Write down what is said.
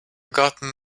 gotten